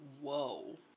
whoa